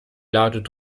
lautet